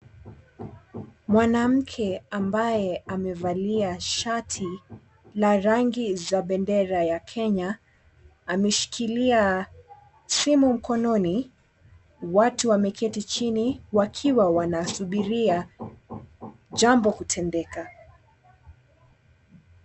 Mwanamke ambaye amevalia shati za bendera ya Kenya ameshikilia simu mkononi. Watu wameketi chini wakiwa wanasubiria jambo kutendeka.